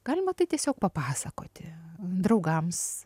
galima tai tiesiog papasakoti draugams